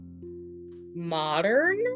modern